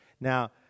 Now